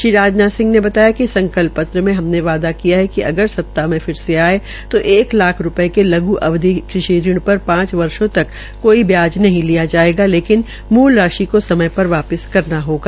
श्री राजनाथ ने बताया कि संकल्प पत्र में हमने वादा किया है कि अगर सता में फिर से आये तो एक लाख रूपये के लघ् अवधि कृषि ऋण पर पांच वर्षो तक कोई ब्याज नहीं लिया जायेगा लेकिन मूल राशि को समय पर वापिस करना होगा